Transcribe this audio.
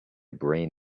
brain